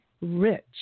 rich